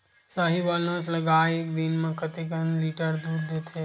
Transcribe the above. साहीवल नस्ल गाय एक दिन म कतेक लीटर दूध देथे?